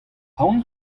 aon